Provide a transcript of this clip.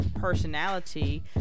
personality